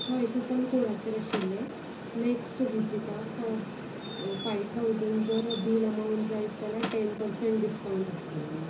हय कुपन कोडाचेर आशिल्लें नेक्स्ट विजिटाक फाय थाउसंड जर बील अमाउंट जायत जाल्यार टेन परसेंट डिस्काउंट आसतलो म्हुणून